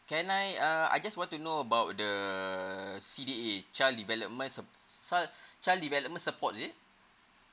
can I uh I just want to know about the C_D_A child development sup~ chil~ child development support is it